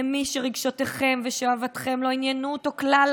למי שרגשותיכם ושאהבתכם לא עניינו אותו כלל.